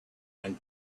and